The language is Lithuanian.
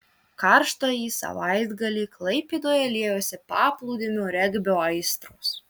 karštąjį savaitgalį klaipėdoje liejosi paplūdimio regbio aistros